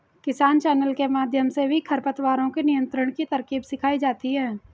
किसान चैनल के माध्यम से भी खरपतवारों के नियंत्रण की तरकीब सिखाई जाती है